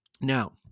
Now